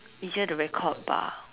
easier to record bah